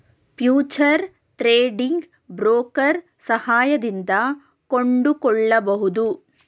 future trading broker ಸಹಾಯದಿಂದ ಕೊಂಡುಕೊಳ್ಳಬಹುದು